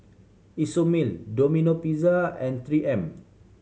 Isomil Domino Pizza and Three M